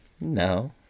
No